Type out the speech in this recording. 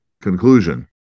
conclusion